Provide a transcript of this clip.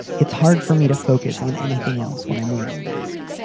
it's hard for me to focus on anything else when i'm wearing a mask.